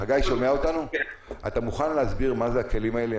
חגי, אתה מוכן להסביר מה זה הכלים האלה?